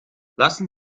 lassen